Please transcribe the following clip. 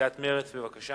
מסיעת מרצ, בבקשה.